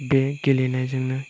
बे गेलेनायजोंनो